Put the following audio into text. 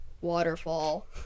Waterfall